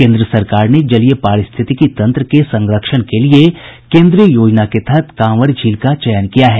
केन्द्र सरकार ने जलीय पारिस्थितिक तंत्र के संरक्षण के लिए केन्द्रीय योजना के तहत कांवर झील का चयन किया है